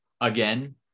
again